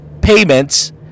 payments